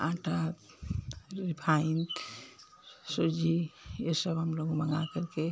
आटा रिफाइन सूजी ये सब हम लोग मंगा कर करके